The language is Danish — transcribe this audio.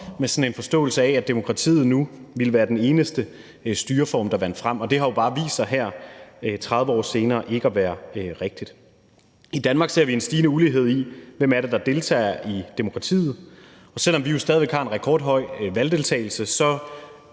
med en forståelse af, at demokratiet nu ville være den eneste styreform, der vandt frem, og det har jo bare vist sig her 30 år senere ikke at være rigtigt. I Danmark ser vi en stigende ulighed, med hensyn til hvem det er, der deltager i demokratiet, og selv om vi jo stadig væk har en rekordhøj valgdeltagelse,